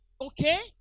okay